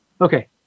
okay